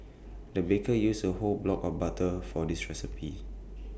the baker used A whole block of butter for this recipe